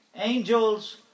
angels